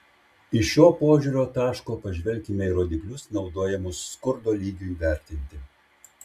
iš šio požiūrio taško pažvelkime į rodiklius naudojamus skurdo lygiui vertinti